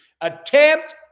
attempt